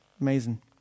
amazing